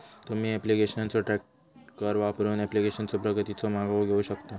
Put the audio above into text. तुम्ही ऍप्लिकेशनचो ट्रॅकर वापरून ऍप्लिकेशनचा प्रगतीचो मागोवा घेऊ शकता